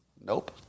Nope